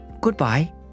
Goodbye